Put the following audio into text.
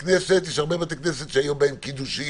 יש הרבה בתי כנסת שהיו בהם קידושים